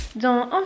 Dans